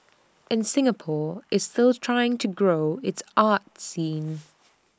and Singapore is still trying to grow its arts scene